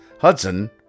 Hudson